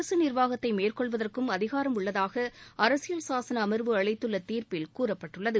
அரசு நிர்வாகத்தை மேற்கொள்வதற்கும் அதிகாரம் உள்ளதாக அரசியல் சாசன அமர்வு அளித்துள்ள தீர்ப்பில் கூறப்பட்டுள்ளது